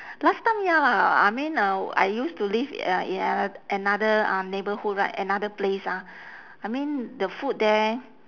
last time ya lah I mean uh I used to live uh in ano~ another uh neighborhood right another place ah I mean the food there